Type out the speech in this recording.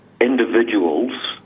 individuals